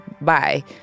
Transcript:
bye